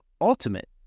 ultimate